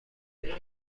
پیدا